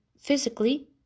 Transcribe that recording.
physically